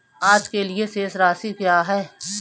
आज के लिए शेष राशि क्या है?